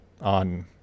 on